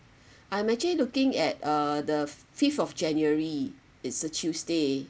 I'm actually looking at uh the fifth of january it's a tuesday